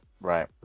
Right